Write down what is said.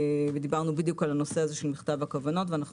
דיברנו של הנושא של מכתב בכוונות ואנו